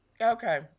Okay